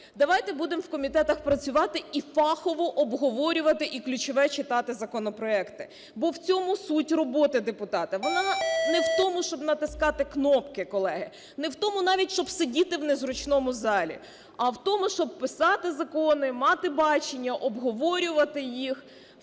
Давайте будемо в комітетах працювати і фахово обговорювати, і ключове – читати законопроекти, бо в цьому суть роботи депутата. Вона не в тому, щоб натискати кнопки, колеги. Не в тому, навіть, щоб сидіти в незручному залі, а в тому, щоб писати закони, мати бачення, обговорювати їх,